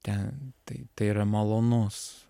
ten tai tai yra malonus